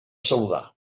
saludar